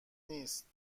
نیست